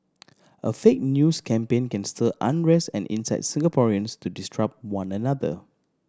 a fake news campaign can stir unrest and incite Singaporeans to distrust one another